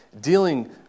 dealing